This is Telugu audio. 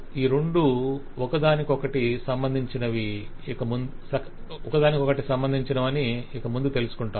ఈ రెండు ఒకదానికొకటి సంబంధించినవని ఇక ముందు తెలుసుకొంటాం